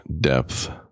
depth